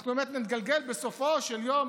אנחנו באמת נתגלגל בסופו של יום,